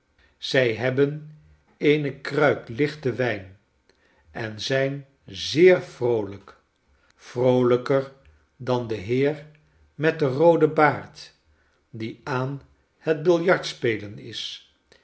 zij hebben eene kruik lichten wijn en zijn zeer vroolijk vroolijker dan de heer met den rooden baard die aan het biljartspelen is